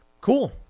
Cool